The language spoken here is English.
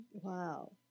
Wow